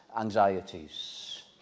anxieties